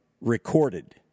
recorded